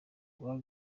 rwa